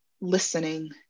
listening